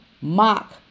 mock